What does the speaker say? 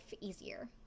easier